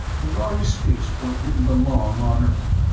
the lhari spaceport didn't belong on earth.